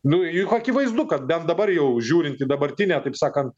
nu juk akivaizdu kad bent dabar jau žiūrint į dabartinę taip sakant